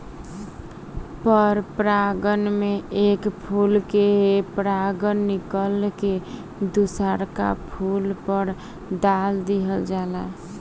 पर परागण में एक फूल के परागण निकल के दुसरका फूल पर दाल दीहल जाला